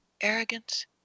arrogance